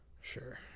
Sure